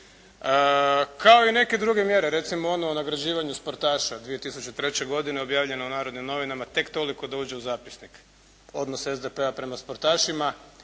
Kao i neke druge mjere, recimo ono o nagrađivanju sportaša 2003. godine objavljeno u "Narodnim novinama", tek toliko da uđe u zapisnik. Odnos SDP-a prema sportašima